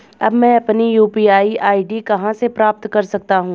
अब मैं अपनी यू.पी.आई आई.डी कहां से प्राप्त कर सकता हूं?